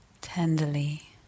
Tenderly